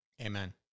Amen